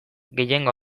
gehiengo